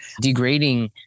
degrading